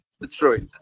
Detroit